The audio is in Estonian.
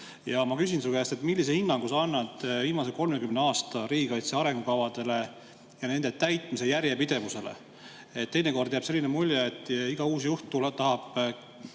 Ma küsin su käest, millise hinnangu sa annad viimase 30 aasta riigikaitse arengukavadele ja nende täitmise järjepidevusele. Teinekord jääb selline mulje, et iga uus juht tahab